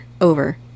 Over